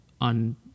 on